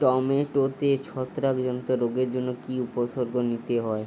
টমেটোতে ছত্রাক জনিত রোগের জন্য কি উপসর্গ নিতে হয়?